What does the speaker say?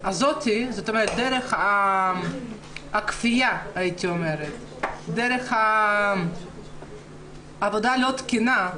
הזאת, דרך הכפייה, דרך העבודה הלא תקינה,